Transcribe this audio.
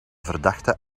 verdachte